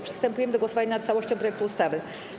Przystępujemy do głosowania nad całością projektu ustawy.